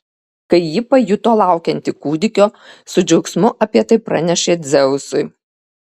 kai ji pajuto laukianti kūdikio su džiaugsmu apie tai pranešė dzeusui